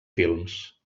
films